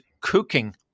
cooking